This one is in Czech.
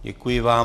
Děkuji vám.